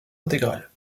intégrale